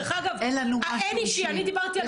דרך אגב, אין אישי, אני דיברתי על פרקליטות.